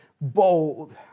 bold